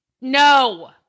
No